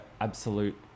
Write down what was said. absolute